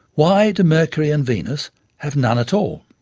why do mercury and venus have none at all?